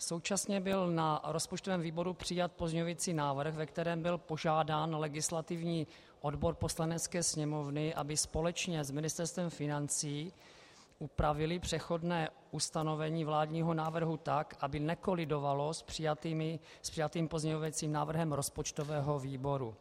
Současně byl na rozpočtovém výboru přijat pozměňovací návrh, ve kterém byl požádán legislativní odbor Poslanecké sněmovny, aby společně s Ministerstvem financí upravily přechodné ustanovení vládního návrhu tak, aby nekolidovalo s přijatým pozměňovacím návrhem rozpočtového výboru.